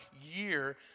year